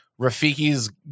Rafiki's